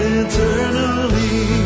eternally